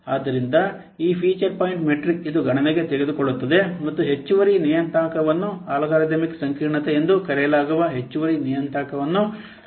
ಆದ್ದರಿಂದ ಈ feature point metric ಇದು ಗಣನೆಗೆ ತೆಗೆದುಕೊಳ್ಳುತ್ತದೆ ಮತ್ತು ಹೆಚ್ಚುವರಿ ನಿಯತಾಂಕವನ್ನು ಅಲ್ಗಾರಿದಮಿಕ್ ಸಂಕೀರ್ಣತೆ ಎಂದು ಕರೆಯಲಾಗುವ ಹೆಚ್ಚುವರಿ ನಿಯತಾಂಕವನ್ನು ಪರಿಗಣಿಸುತ್ತದೆ